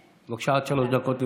בבקשה, עד שלוש דקות לרשותך.